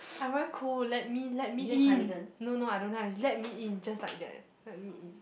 I'm very cold let me let me in no no I don't have let me in just like that let me in